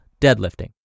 deadlifting